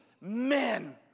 men